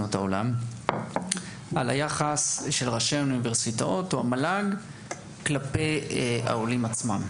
לגבי היחס של ראשי האוניברסיטאות והמל"ג לעולים עצמם.